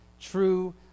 true